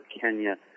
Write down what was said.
Kenya